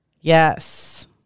Yes